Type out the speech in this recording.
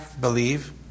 believe